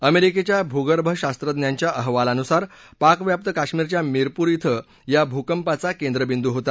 अमेरिकेच्या भूगर्भ शास्त्रज्ञांच्या अहवालानुसार पाकव्याप्त काश्मीरच्या मिरपूर इथं या भूकंपाचा केंद्रबिंदू होता